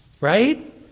Right